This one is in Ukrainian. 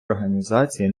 організації